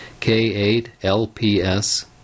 K8LPS